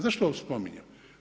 Zašto ovo spominjem?